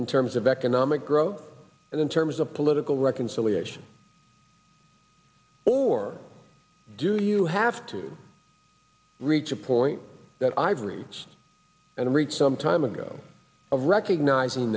in terms of economic growth and in terms of political reconciliation or do you have to reach a point that i've read this and i read some time ago of recognizing